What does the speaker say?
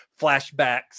flashbacks